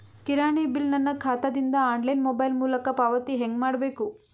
ಕಿರಾಣಿ ಬಿಲ್ ನನ್ನ ಖಾತಾ ದಿಂದ ಆನ್ಲೈನ್ ಮೊಬೈಲ್ ಮೊಲಕ ಪಾವತಿ ಹೆಂಗ್ ಮಾಡಬೇಕು?